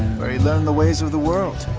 where he learned the ways of the world,